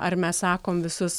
ar mes sakom visus